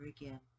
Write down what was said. again